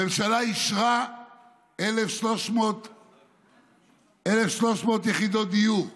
הממשלה אישרה 1,300 יחידות דיור.